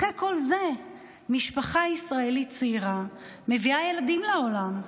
אחרי כל זה משפחה ישראלית צעירה מביאה ילדים לעולם,